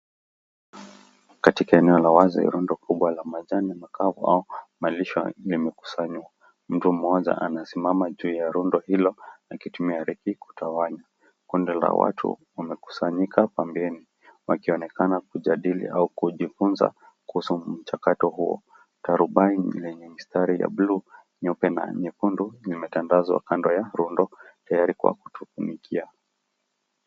Katika eneo la wazi rundo kubwa la majani makavu au malisho yamekusanywa. Mtu mmoja anasimama juu ya rundo hilo akitumia reki kutawanya. Kundi la watu wamekusanyika pambeni wakionekana kujadili au kujifunza kuhusu mchakato huo. Tarubai lenye mistari ya blue nyeupe na nyekundu limetandazwa kando ya rundo tayari kwa kutumikia.